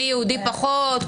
מי יהודי פחות,